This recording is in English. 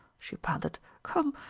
she panted. come!